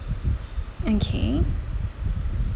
okay